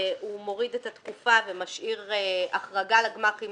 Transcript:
הוא מוריד את התקופה ומשאיר החרגה לגמ"חים